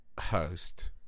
host